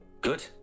good